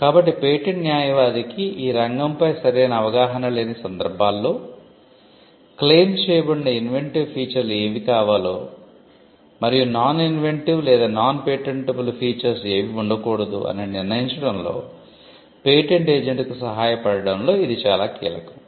కాబట్టి పేటెంట్ న్యాయవాదికి ఈ రంగంపై సరైన అవగాహన లేని సందర్భాల్లో క్లెయిమ్ చేయబడిన ఇన్వెంటివ్ ఫీచర్లు ఏవి కావాలో మరియు నాన్ ఇన్వెంటివ్ లేదా నాన్ పేటెంటబుల్ ఫీచర్స్ ఏవి ఉండకూడదో అని నిర్ణయించడంలో పేటెంట్ ఏజెంట్కు సహాయపడటంలో ఇది చాలా కీలకం